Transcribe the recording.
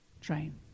train